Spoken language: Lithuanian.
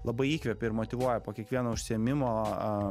labai įkvepia ir motyvuoja po kiekvieno užsiėmimo